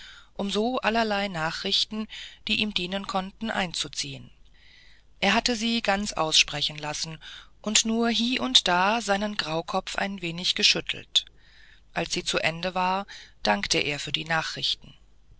um so allerlei nachrichten die ihm dienen konnten einzuziehen er hatte sie ganz aussprechen lassen und nur hie und da seinen graukopf ein wenig geschüttelt als sie zu ende war dankte er für die nachrichten